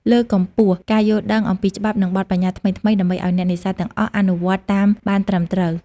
លើកកម្ពស់ការយល់ដឹងអំពីច្បាប់ និងបទប្បញ្ញត្តិថ្មីៗ ដើម្បីឲ្យអ្នកនេសាទទាំងអស់អនុវត្តតាមបានត្រឹមត្រូវ។